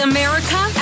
America